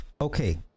okay